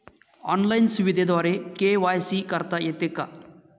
Online सुविधेद्वारे KYC करता येते का?